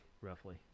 roughly